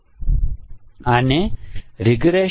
બધા સંભવિત સંયોજનોમાં આપણે એ અજમાવવાની જરૂર નથી